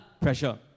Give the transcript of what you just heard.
pressure